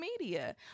media